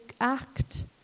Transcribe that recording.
act